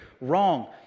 wrong